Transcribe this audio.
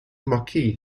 marquess